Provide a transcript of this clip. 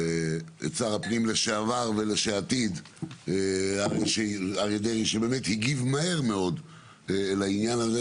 את שר הפנים לשעבר ולעתיד אריה דרעי שהגיב מהר מאוד לעניין הזה,